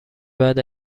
بعد